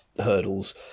hurdles